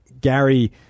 Gary